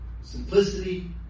simplicity